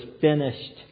finished